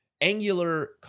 Angular